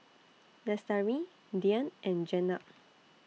Lestari Dian and Jenab